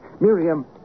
Miriam